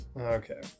Okay